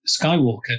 Skywalker